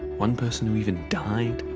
one person who even died.